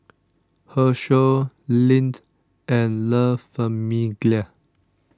Herschel Lindt and La Famiglia